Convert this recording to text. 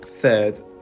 Third